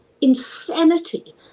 insanity